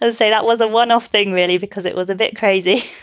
ah say that was a one off thing, really? because it was a bit crazy.